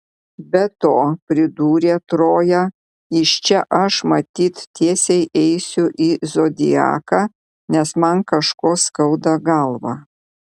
be to pridūrė troja iš čia aš matyt tiesiai eisiu į zodiaką nes man kažko skauda galvą